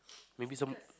maybe some